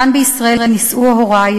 כאן בישראל נישאו הורי.